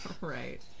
Right